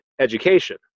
education